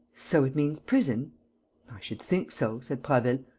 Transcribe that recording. so it means prison? i should think so, said prasville.